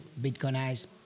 Bitcoinize